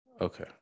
Okay